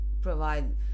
provide